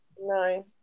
no